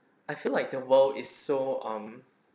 I feel like the world is so um